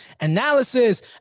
analysis